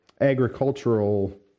agricultural